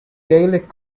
gaelic